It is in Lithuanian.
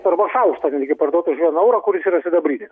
arba šaukštą gali gi parduot už vieną eurą kuris yra sidabrinis